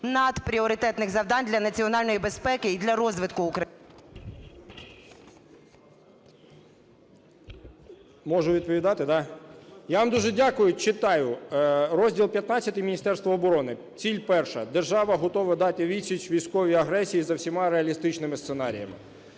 надпріоритетних завдань для національної безпеки і для розвитку… 16:34:57 ГОНЧАРУК О.В. Можу відповідати, да? Я вам дуже дякую. Читаю розділ XV "Міністерство оборони". Ціль перша: держава готова дати відсіч військовій агресії за всіма реалістичними сценаріями".